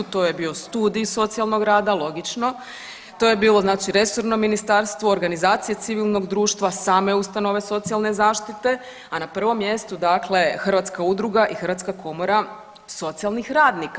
To je bio Studij socijalnog rada, logično, to je bilo znači resorno ministarstvo, organizacije civilnog društva, same ustanove socijalne zaštite, a na prvom mjestu dakle hrvatska udruga i Hrvatska komora socijalnih radnika.